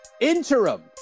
interim